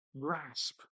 grasp